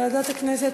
ועדת הכנסת.